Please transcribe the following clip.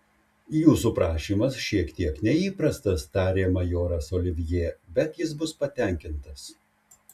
jūsų prašymas šiek tiek neįprastas tarė majoras olivjė bet jis bus patenkintas